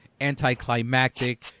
anticlimactic